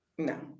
No